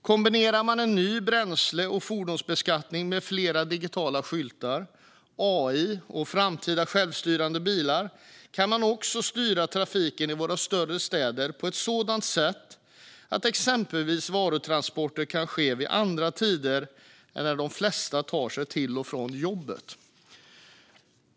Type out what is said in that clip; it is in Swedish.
Kombinerar vi en ny bränsle och fordonsbeskattning med fler digitala skyltar, AI och framtida självstyrande bilar kan vi också styra trafiken i våra större städer på ett sådant sätt att exempelvis varutransporter kan ske vid andra tider än när de flesta tar sig till och från jobbet.